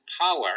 power